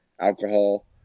alcohol